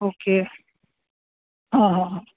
okay હં હં હં